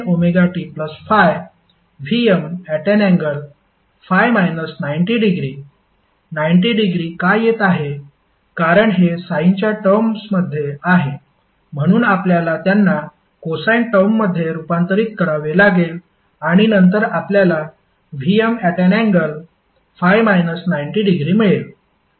Vmsin ωt∅ Vm∠∅ 90° 90 degree का येत आहे कारण हे साइनच्या टर्म्समध्ये आहे म्हणून आपल्याला त्यांना कोसाइन टर्ममध्ये रूपांतरित करावे लागेल आणि नंतर आपल्याला Vm∠∅ 90° मिळेल